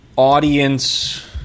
Audience